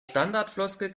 standardfloskel